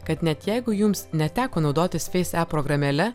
kad net jeigu jums neteko naudotis feis ep programėle